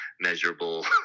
measurable